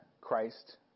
Christ